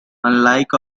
unlike